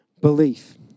belief